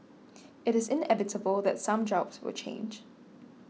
it is inevitable that some jobs will change